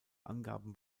angaben